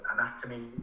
anatomy